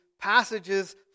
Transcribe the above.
passages